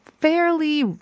fairly